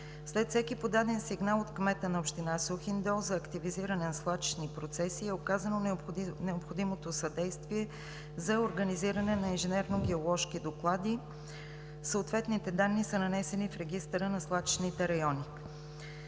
След всеки подаден сигнал от кмета на община Сухиндол за активизиране на свлачищни процеси е оказано необходимото съдействие за организиране на инженерно-геоложки доклади, съответните данни са нанесени в регистъра на свлачищните райони.